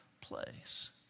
place